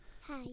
Hi